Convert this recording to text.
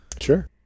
Sure